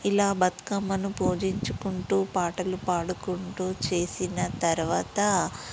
ఇలా బతుకమ్మను పూజించుకుంటూ పాటలు పాడుకుంటూ చేసిన తరువాత